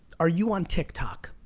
are you on tik tok?